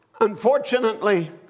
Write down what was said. unfortunately